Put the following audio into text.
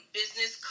business